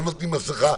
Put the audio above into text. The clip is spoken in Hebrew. לא נותנים מסכה,